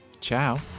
Ciao